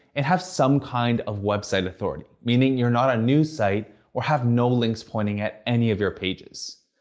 and have some kind of website authority meaning, you're not a new site or have no links pointing at any of your pages.